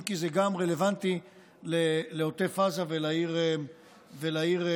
אם כי זה רלוונטי גם לעוטף עזה ולעיר אשקלון.